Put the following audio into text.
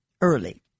early